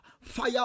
fire